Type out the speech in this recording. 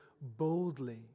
boldly